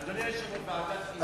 אדוני היושב-ראש, ועדת חינוך.